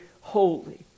holy